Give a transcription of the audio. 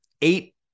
eight